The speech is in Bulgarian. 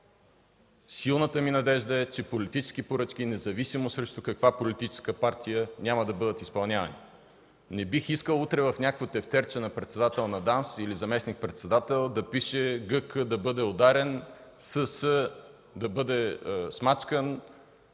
силната ми надежда е, че политически поръчки, независимо срещу каква политическа партия, няма да бъдат изпълнявани. Не бих искал утре в някакво тефтерче на председателя на ДАНС или заместник-председателя да пише „ГК да бъде ударен”, „СС да бъде смачкан”